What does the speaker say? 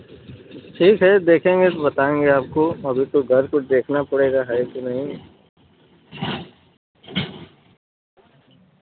ठीक है देखेंगे तो बताएँगे आपको अभी तो घर पर देखना पड़ेगा है की नहीं